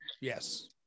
Yes